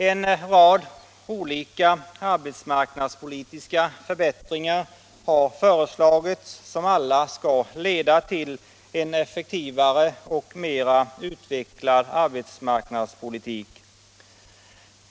En rad olika arbetsmarknadspolitiska förbättringar har föreslagits, som alla skall leda till en effektivare och mera utvecklad arbetsmarknadspolitik.